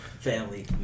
Family